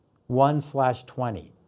one slash twenty.